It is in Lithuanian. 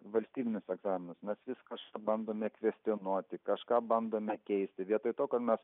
valstybinius egzaminus mes viską bandome kvestionuoti kažką bandome keisti vietoj to ką mes